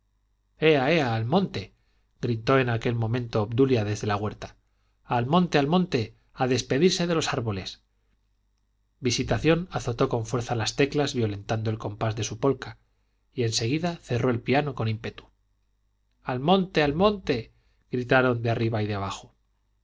monte gritó en aquel momento obdulia desde la huerta al monte al monte a despedirse de los árboles visitación azotó con fuerza las teclas violentando el compás de su polka y en seguida cerró el piano con ímpetu al monte al monte gritaron de arriba y de abajo